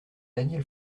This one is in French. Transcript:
daniel